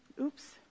oops